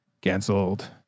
canceled